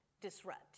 disrupt